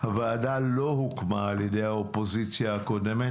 הוועדה לא הוקמה על ידי האופוזיציה הקודמת,